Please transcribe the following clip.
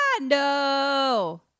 no